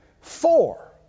Four